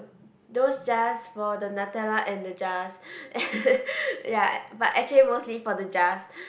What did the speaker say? those jars for the Nutella and the jars ya and but actually mostly for the jars